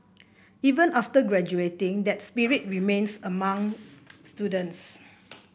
even after graduating that spirit remains among students